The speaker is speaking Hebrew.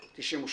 98?